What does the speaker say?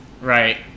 Right